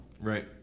Right